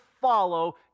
follow